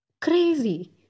Crazy